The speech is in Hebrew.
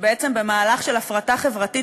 שבעצם במהלך של הפרטה חברתית,